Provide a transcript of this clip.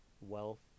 wealth